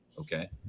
Okay